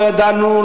לא ידענו,